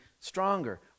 stronger